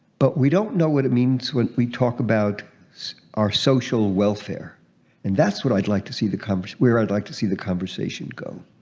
but we don't know what it means when we talk about our social welfare and that's what i'd like to see the cubs where i'd like to see the conversation go